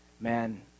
man